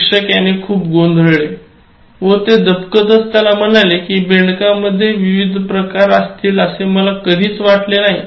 शिक्षक याने खूप गोंधळले व ते दबकतच त्याला म्हणाले कि बेडूकमध्ये विविध प्रकार असतील असे मला कधीही वाटले नाही